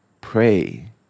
Pray